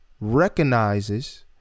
recognizes